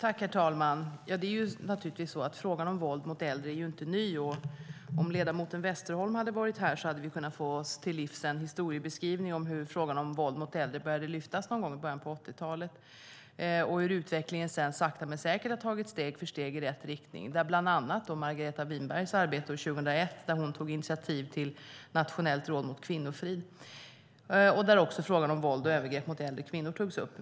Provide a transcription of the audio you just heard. Herr talman! Frågan om våld mot äldre är naturligtvis inte ny, och om ledamoten Westerholm hade varit här hade vi kunnat få oss till livs en historiebeskrivning om hur frågan om våld mot äldre började lyftas upp någon gång i början av 80-talet och hur utvecklingen sedan sakta men säkert har tagit steg för steg i rätt riktning. Det handlar bland annat om Margareta Winbergs arbete 2001 när hon tog initiativ till Nationellt råd för kvinnofrid och där också frågan om våld och övergrepp mot äldre kvinnor togs upp.